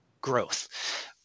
growth